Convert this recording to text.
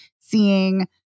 seeing